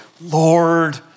Lord